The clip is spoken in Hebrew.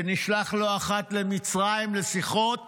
שנשלח לא אחת למצרים לשיחות